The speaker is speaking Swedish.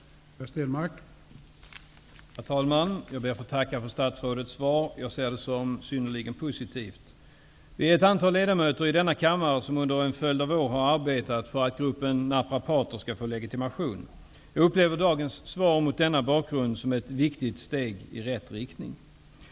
Då Gullan Lindblad, som framställt frågan, anmält att hon var förhindrad att närvara vid sammanträdet, medgav tredje vice talmannen att